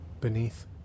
beneath